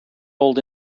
old